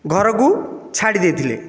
ଘରକୁ ଛାଡ଼ି ଦେଇଥିଲେ